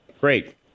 Great